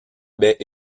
baies